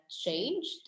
changed